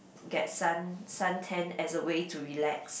get sun suntan as a way to relax